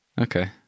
Okay